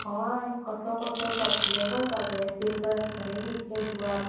हय कसो कसो सोंपले गो सगळे पेपर बरें दिसलें जिवाक